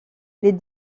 les